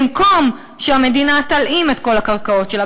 במקום שהמדינה תלאים את כל הקרקעות שלה,